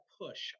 push